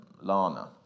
Lana